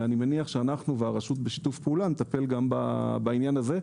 ואני מניח שאנחנו והרשות בשיתוף פעולה נטפל גם בעניין הזה.